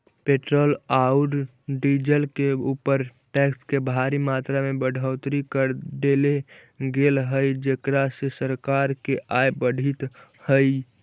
petrol औउर diesel के ऊपर टैक्स के भारी मात्रा में बढ़ोतरी कर देले गेल हई जेकरा से सरकार के आय बढ़ीतऽ हई